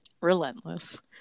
Relentless